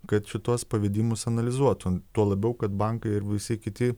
kad šituos pavedimus analizuotų tuo labiau kad bankai ir visi kiti